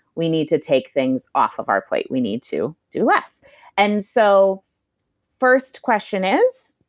we need to take things off of our plate, we need to do less and so first question is,